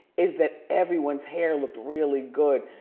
is that everyone's hair looked really good.